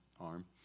arm